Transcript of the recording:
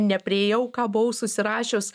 nepriėjau ką buvau susirašius